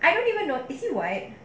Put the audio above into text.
I didn't even notice is he white